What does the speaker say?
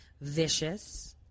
vicious